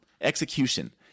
execution